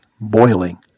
boiling